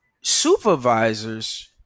supervisors